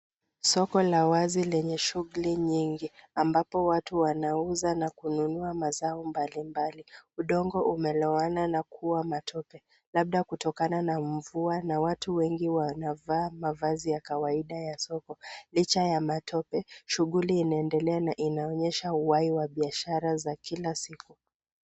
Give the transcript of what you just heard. Soko la wazi lenye shughuli nyingi ambapo watu wanauza na kununua mazao mbali mbali. Udongo umelowana na kuwa matope labda kutokana na mvua na watu wengi wanavaa mavazi ya kawaida ya soko. Licha ya matope, shughuli inaendelea na inaonyesha uhai wa biashara za kila siku.